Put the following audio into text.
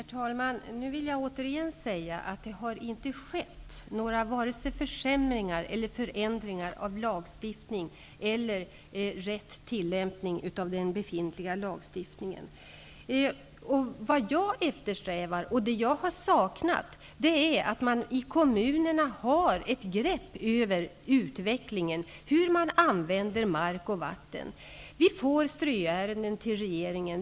Herr talman! Nu vill jag återigen säga att det inte har skett vare sig några försämringar eller förändringar av lagstiftningen eller rätt tillämpning av den befintlia lagstiftningen. Vad jag eftersträvar, och det jag har saknat, är att man i kommunerna skall ha ett grepp över utvecklingen, hur man använder mark och vatten. Vi får ströärenden till regerigen.